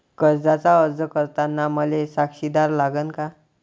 कर्जाचा अर्ज करताना मले साक्षीदार लागन का?